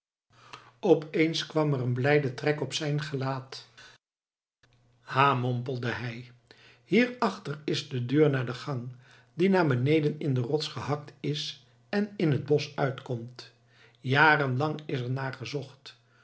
opeens kwam er een blijde trek op zijn gelaat ha mompelde hij hier achter is de deur naar de gang die naar beneden in de rots gehakt is en in het bosch uitkomt jaren lang is er